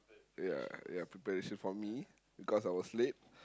ya ya preparation for me because I was late